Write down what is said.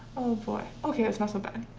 boy. okay that's mostly done